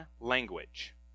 language